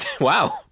Wow